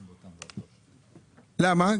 למה?